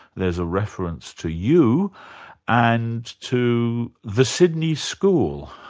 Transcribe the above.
there's a reference to you and to the sydney school.